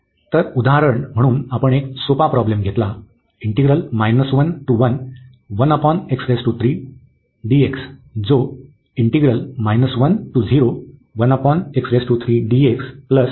तर उदाहरण म्हणून आपण एक सोपा प्रॉब्लेम घेतला जो आहे